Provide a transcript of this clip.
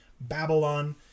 Babylon